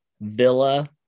Villa